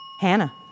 Hannah